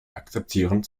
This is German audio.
akzeptieren